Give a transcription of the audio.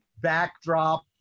backdrop